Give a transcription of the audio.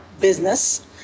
business